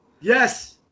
Yes